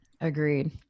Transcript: Agreed